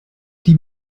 die